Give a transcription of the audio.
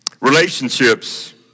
Relationships